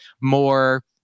more